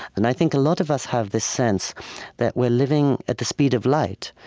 and i think a lot of us have this sense that we're living at the speed of light,